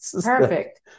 Perfect